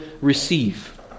receive